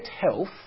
health